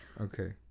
Okay